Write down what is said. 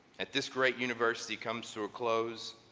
at this great university comes to a close,